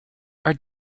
are